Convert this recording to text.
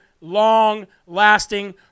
long-lasting